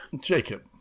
Jacob